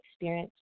experience